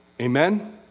Amen